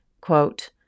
quote